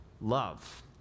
Love